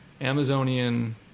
Amazonian